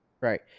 Right